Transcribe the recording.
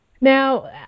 Now